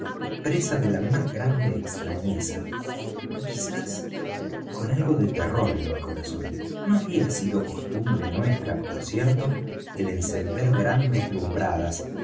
presa de la más grande extrañeza y quizás con algo de terror en mi corazón no había sido costumbre nuestra por cierto el encender grandes lumbradas